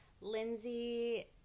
Lindsay